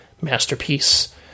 Masterpiece